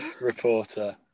reporter